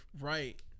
right